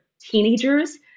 teenagers